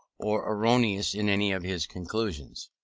or erroneous in any of his conclusions.